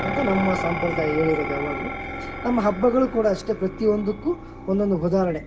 ಅಂತ ನಮ್ಮ ಸಂಪ್ರದಾಯ ಹೇಳಿರೋದು ಯಾವಾಗಲು ನಮ್ಮ ಹಬ್ಬಗಳು ಕೂಡ ಅಷ್ಟೇ ಪ್ರತಿಯೊಂದಕ್ಕು ಒಂದೊಂದು ಉದಾಹರ್ಣೆ